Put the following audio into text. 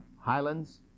highlands